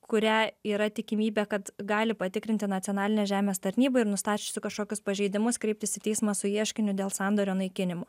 kurią yra tikimybė kad gali patikrinti nacionalinė žemės tarnyba ir nustačiusi kažkokius pažeidimus kreiptis į teismą su ieškiniu dėl sandorio naikinimo